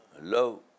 love